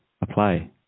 apply